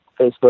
Facebook